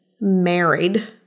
married